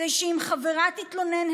כדי שאם חברה תתלונן,